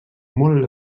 molt